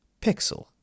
Pixel